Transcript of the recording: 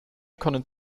können